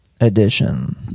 edition